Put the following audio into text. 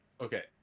Okay